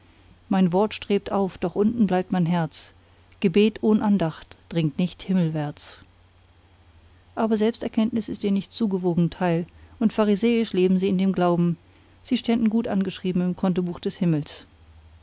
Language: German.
mein wort strebt auf doch unten bleibt mein herz gebet ohn andacht dringt nicht himmelwärts aber selbsterkenntnis ist nicht ihr zugewogen teil und pharisäisch leben sie dem glauben sie ständen gut angeschrieben im kontobuch des himmels